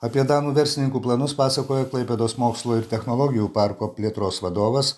apie danų verslininkų planus pasakojo klaipėdos mokslo ir technologijų parko plėtros vadovas